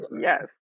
Yes